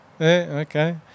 okay